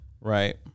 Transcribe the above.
Right